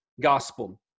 gospel